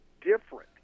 different